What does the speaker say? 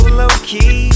low-key